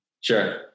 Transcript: Sure